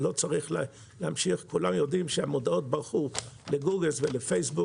כולם יודעים שמודעות ברחו לגוגל ולפייסבוק